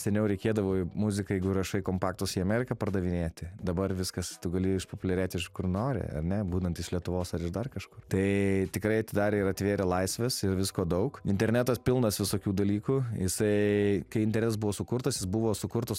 seniau reikėdavo muziką jeigu rašai kompaktus į ameriką pardavinėti dabar viskas gali išpopuliarėt iš kur nori ar ne būnant iš lietuvos ar dar kažkur tai tikrai atidarė ir atvėrė laisvės ir visko daug internetas pilnas visokių dalykų jisai kai internetas buvo sukurtas jis buvo sukurtas